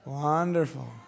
Wonderful